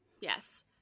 Yes